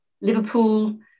Liverpool